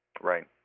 Right